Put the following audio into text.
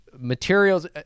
materials